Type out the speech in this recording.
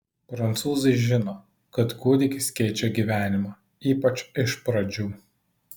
prancūzai žino kad kūdikis keičia gyvenimą ypač iš pradžių